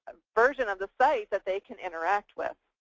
version of the site that they can interact with